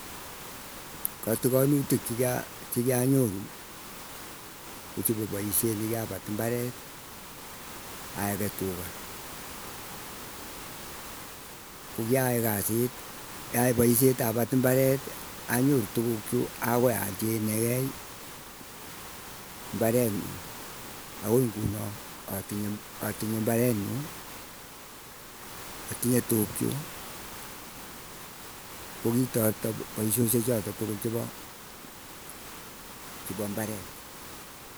Kotikanutik chegia chegianyoru, kochepo paisyet nekiapat imbaret. Ayage tuga ko kiayai kasit kiay poisyet apat imbaret anyoru tugukchu, awe alchinegei imbaret nyuu. Agoi ingunoo atinye atinye mbaret nyu atinye tuk chuu kikitorto paisyosye chota tukul chepo chepo mbaret.